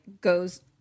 goes